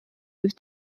with